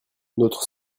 notre